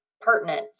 pertinent